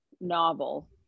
novel